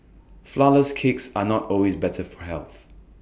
Flourless Cakes are not always better for health